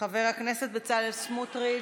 חבר הכנסת בצלאל סמוטריץ'